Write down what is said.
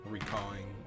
Recalling